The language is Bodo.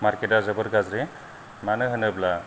मारकेटआ जोबोत गाज्रि मानो होनोब्ला